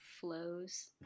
flows